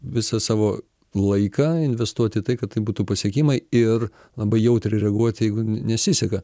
visą savo laiką investuoti į tai kad tai būtų pasiekimai ir labai jautriai reaguoti jeigu nesiseka